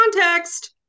Context